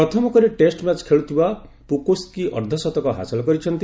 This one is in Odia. ପ୍ରଥମ କରି ଟେଷ୍ଟ ମ୍ୟାଚ୍ ଖେଳୁଥିବା ପୁକୋସ୍କି ଅର୍ଦ୍ଧଶତକ ହାସଲ କରିଛନ୍ତି